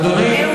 אדוני,